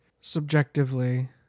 subjectively